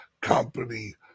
Company